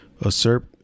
assert